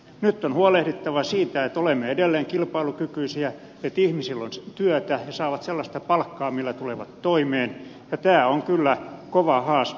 nyt on huolehdittava siitä että olemme edelleen kilpailukykyisiä että ihmisillä on työtä ja he saavat sellaista palkkaa millä tulevat toimeen ja tämä on kyllä kova haaste